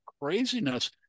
craziness